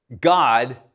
God